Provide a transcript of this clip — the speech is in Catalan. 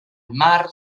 mar